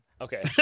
Okay